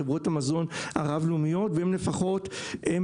חברות המזון הרב-לאומיות והם לפחות הם